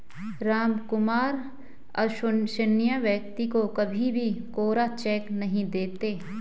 रामकुमार अविश्वसनीय व्यक्ति को कभी भी कोरा चेक नहीं देता